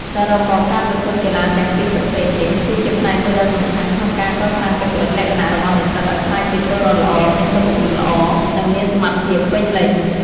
សរុបមក ការប្រកួតកីឡាទាំងពីរប្រភេទនេះ គឺជាផ្នែកមួយដ៏សំខាន់ក្នុងការកសាងបុគ្គលិកលក្ខណៈរបស់និស្សិតឱ្យក្លាយជាពលរដ្ឋល្អ មានសុខភាពល្អ និងមានសមត្ថភាពពេញលេញ។